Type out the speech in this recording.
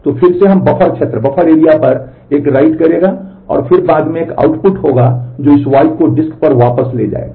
तो फिर से हम बफर क्षेत्र करेगा और फिर बाद में एक आउटपुट होगा जो इस Y को डिस्क पर वापस ले जाएगा